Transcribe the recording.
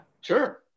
Sure